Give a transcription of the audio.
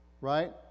right